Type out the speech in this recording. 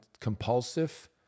compulsive